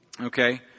Okay